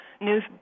news